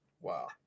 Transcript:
wow